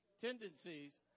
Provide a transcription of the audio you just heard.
tendencies